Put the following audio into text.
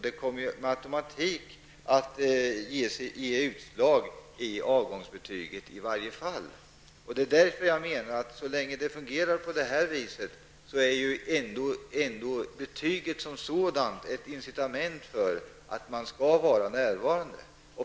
Det kommer med automatik att ge utslag i avgångsbetyget. Det är därför jag menar att så länge det fungerar på det här viset är ändå betyget som sådant ett incitament till att man skall vara närvarande.